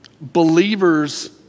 believers